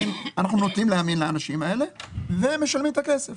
אנחנו נוטים להאמין לאנשים האלה ומשלמים את הכסף.